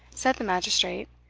said the magistrate,